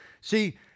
See